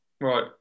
right